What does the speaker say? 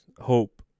hope